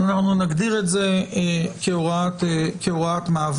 אנחנו נגדיר את זה כהוראת מעבר.